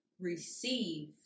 receive